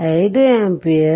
5 ampere ಇದೆ